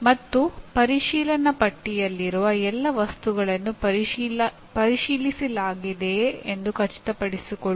ಮತ್ತು ಪರಿಶೀಲನಾಪಟ್ಟಿಯಲ್ಲಿರುವ ಎಲ್ಲಾ ವಸ್ತುಗಳನ್ನು ಪರಿಶೀಲಿಸಲಾಗಿದೆಯೆ ಎಂದು ಖಚಿತಪಡಿಸಿಕೊಳ್ಳುವುದು